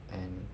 and